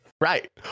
Right